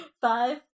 Five